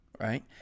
Right